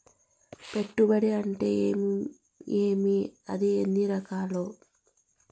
పెట్టుబడి అంటే ఏమి అది ఎన్ని రకాలు